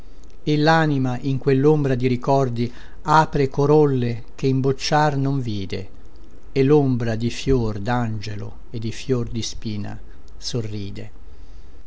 e lanima in quellombra di ricordi apre corolle che imbocciar non vide e lombra di fior dangelo e di fior di spina sorride